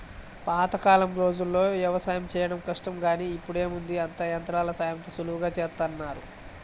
పాతకాలం రోజుల్లో యవసాయం చేయడం కష్టం గానీ ఇప్పుడేముంది అంతా యంత్రాల సాయంతో సులభంగా చేసేత్తన్నారు